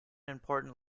important